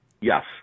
Yes